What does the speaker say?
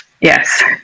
Yes